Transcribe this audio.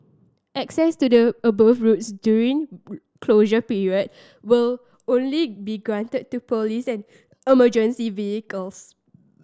access to the above roads during closure period will only be granted to police and emergency vehicles